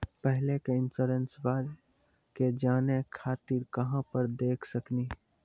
पहले के इंश्योरेंसबा के जाने खातिर कहां पर देख सकनी?